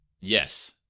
Yes